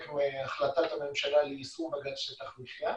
מהחלטת הממשלה ליישום בג"ץ שטח המחייה.